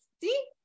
See